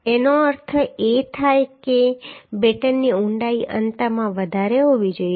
એનો અર્થ એ થાય કે બેટનની ઊંડાઈ અંતમાં વધારે હોવી જોઈએ